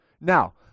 Now